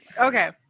Okay